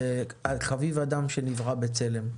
חביב אדם שנברא בצלם.